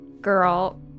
girl